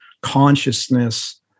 consciousness